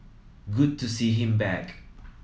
good to see him back